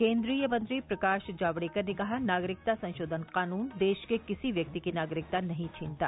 केद्रीय मंत्री प्रकाश जावडेकर ने कहा नागरिकता संशोधन कानून देश के किसी व्यक्ति की नागरिकता नहीं छीनता